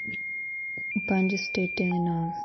पंज स्टेटें दे नांऽ